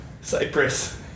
Cyprus